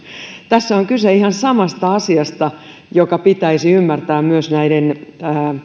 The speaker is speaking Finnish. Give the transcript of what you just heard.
tässä on kyse ihan samasta asiasta mikä pitäisi ymmärtää myös